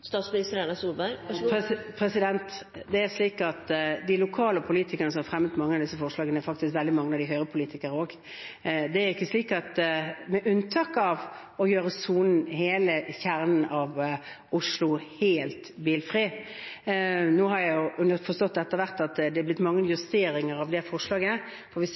Det er slik at veldig mange av de lokale politikerne som har fremmet mange av disse forslagene, faktisk er Høyre-politikere. Det er ikke slik at hele Oslo – med unntak av kjernen – skal bli helt bilfri. Nå har jeg etter hvert forstått at det har blitt mange justeringer av det forslaget, så får vi